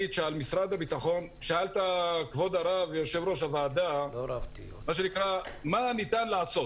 שאלת כבוד יושב-ראש הוועדה, מה ניתן לעשות?